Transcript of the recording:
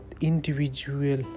individual